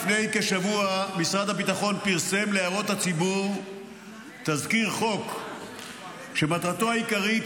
לפני כשבוע משרד הביטחון פרסם להערות הציבור תזכיר חוק שמטרתו העיקרית